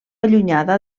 allunyada